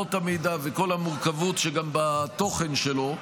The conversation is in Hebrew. שבמקורות המידע ועם כל המורכבות שבתוכן שלו.